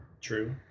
True